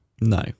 no